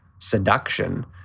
seduction